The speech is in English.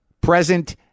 present